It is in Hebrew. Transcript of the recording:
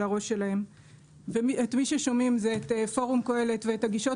הראש שלהם ואת מי ששומעים זה את פורום קהלת ואת הגישות